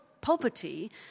poverty